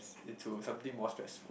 into something more stressful